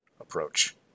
approach